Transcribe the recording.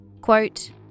Quote